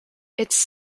its